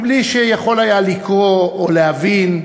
בלי שהוא יכול היה לקרוא או להבין,